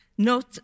Note